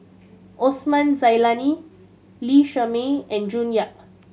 Osman Zailani Lee Shermay and June Yap